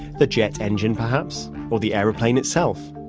the jet engine, perhaps or the airplane itself.